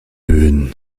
böden